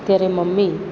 ત્યારે મમ્મી